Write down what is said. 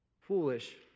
foolish